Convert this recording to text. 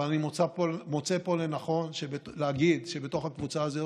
אבל אני מוצא לנכון להגיד פה שבתוך הקבוצה הזאת